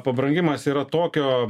pabrangimas yra tokio